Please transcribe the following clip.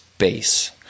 space